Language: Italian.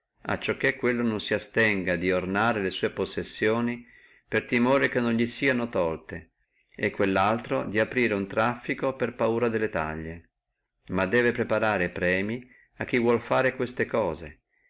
uomini e che quello non tema di ornare le sua possessione per timore che non sieno tolte e quellaltro di aprire uno traffico per paura delle taglie ma debbe preparare premi a chi vuol fare queste cose